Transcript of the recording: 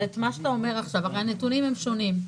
אבל הנתונים שונים.